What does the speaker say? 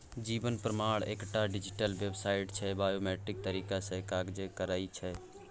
जीबन प्रमाण एकटा digital website छै बायोमेट्रिक तरीका सँ काज करय छै